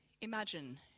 imagine